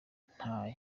nta